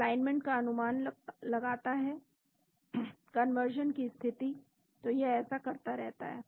alignment का अनुमान लगाता है कंजर्वेशन की स्थिति तो यह ऐसा करता रहता है